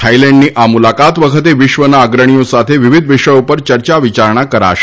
થાઇલેન્ડની આ મુલાકાત વખતે વિશ્વના અગ્રણીઓ સાથે વિવિધ વિષયો ઉપર ચર્યા વિયારણા કરાશે